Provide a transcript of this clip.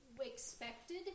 expected